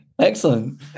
Excellent